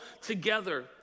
together